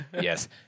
Yes